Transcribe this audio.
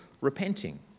repenting